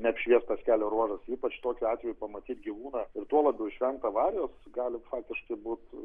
neapšviestas kelio ruožas ypač tokiu atveju pamatyti gyvūną ir tuo labiau išvengt avarijos gali faktiškai būt